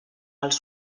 als